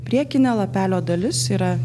priekinė lapelio dalis yra